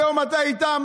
היום אתה איתם,